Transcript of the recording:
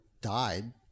died